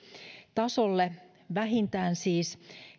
vähintään siis